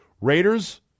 Raiders